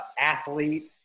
athlete